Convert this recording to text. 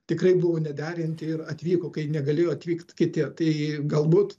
tikrai buvo nederinti ir atvyko kai negalėjo atvykt kiti tai galbūt